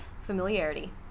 familiarity